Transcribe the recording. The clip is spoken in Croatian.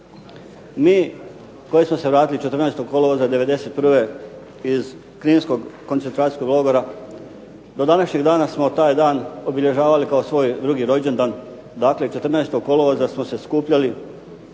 Mi koji smo se vratili 14. kolovoza 91. iz kninskog koncentracijskog logora do današnjeg dana smo taj dan obilježavali kao svoj drugi rođendan, dakle 14. kolovoza smo se skupljali